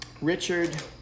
Richard